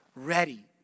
ready